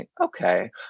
okay